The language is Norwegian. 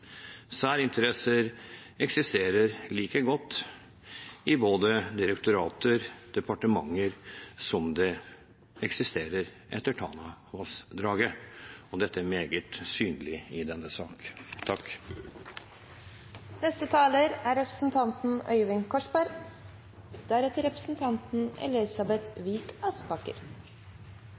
eksisterer like godt i både direktorater og departementer som det eksisterer etter Tanavassdraget, og det er meget synlig i denne